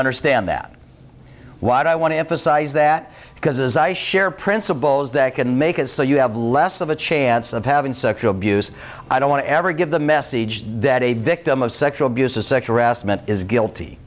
understand that what i want to emphasize that because as i share principles that can make it so you have less of a chance of having sexual abuse i don't want to ever give the message that a victim of sexual abuse of sexual harassment is guilty